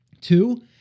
Two